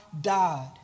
died